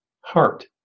heart